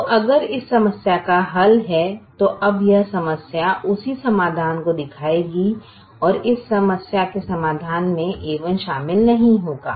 तो अगर इस समस्या का हल है तो अब यह समस्या उसी समाधान को दिखाएगी और इस समस्या के समाधान में a1 शामिल नहीं होगा